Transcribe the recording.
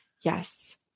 Yes